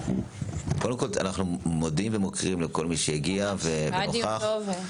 אנחנו מוקירים את כל מי שהגיע ונוכח ומודים לו,